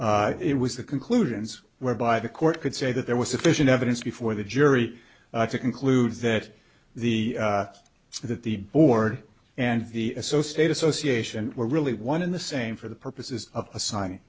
well it was the conclusions whereby the court could say that there was sufficient evidence before the jury to conclude that the so that the board and the associate association were really one in the same for the purposes of assign